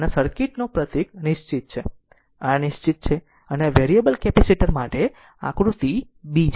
અને આ સર્કિટ નો પ્રતિક નિશ્ચિત છે આ નિશ્ચિત છે અને આ વેરીએબલ કેપેસિટર માટે આકૃતિ b છે